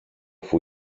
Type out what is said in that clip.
αφού